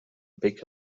pickles